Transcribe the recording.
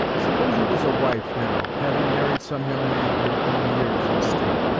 suppose you was a wife, now, having married some young man of your own years, and state,